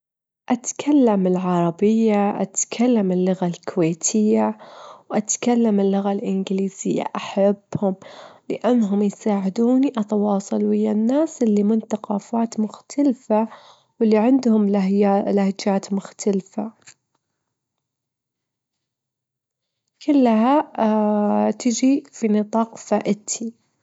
في مرة من المرات، في أحد الأيام، في طفل صغير اكتشف باب بغرفته ما كان موجود من جبل، كان الباب مخفي ورا خزانة الملابس جديمة، ولما فتحه لجي نفسه في مكان غريب يشبه الغابة مع أشجار كبيرة وضخمة.